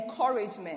encouragement